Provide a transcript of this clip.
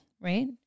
right